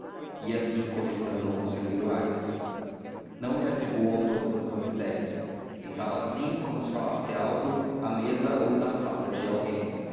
ia assim cogitando o conselheiro aires não lhe atribuam todas essas ideias pensava assim como se falasse alto à mesa ou na sala de alguém